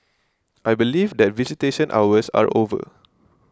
I believe that visitation hours are over